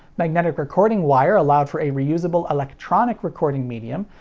magnetic recording wire allowed for a reusable, electronic recording medium.